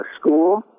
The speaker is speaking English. school